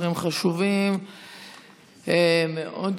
דברים חשובים מאוד.